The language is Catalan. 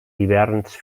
hiverns